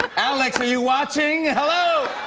alex, are you watching? hello!